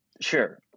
Sure